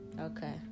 Okay